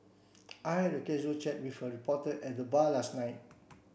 I had a casual chat with a reporter at the bar last night